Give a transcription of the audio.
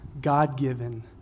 God-given